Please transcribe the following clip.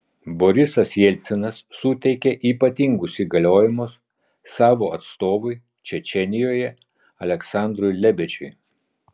borisas jelcinas suteikė ypatingus įgaliojimus savo atstovui čečėnijoje aleksandrui lebedžiui